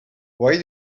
why